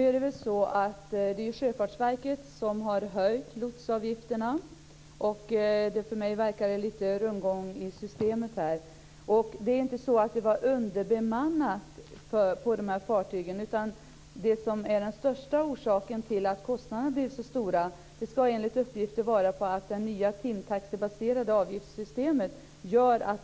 Fru talman! Det är Sjöfartsverket som har höjt lotsavgifterna. För mig verkar det som om det är lite rundgång i systemet. Det var inte så att de här fartygen var underbemannade. Den största orsaken till att kostnaderna blev så höga var enligt uppgift det nya timtaxebaserade avgiftssystemet.